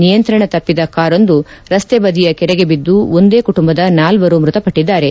ನಿಯಂತ್ರಣ ತಪ್ಪಿದ ಕಾರೊಂದು ರಸ್ತೆಯ ಬದಿಯ ಕೆರೆಗೆ ಬಿದ್ದು ಒಂದೇ ಕುಟುಂಬದ ನಾಲ್ವರು ಮೃತಪಟ್ಟಿದ್ದಾರೆ